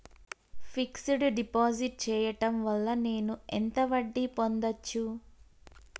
Fix డ్ deposit చేయటం వల్ల నేను ఎంత వడ్డీ పొందచ్చు?